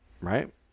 right